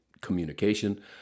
communication